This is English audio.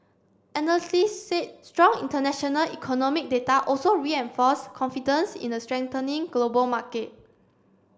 analysts said strong international economic data also reinforced confidence in a strengthening global market